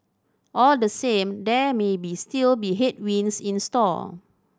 all the same there maybe still be headwinds in store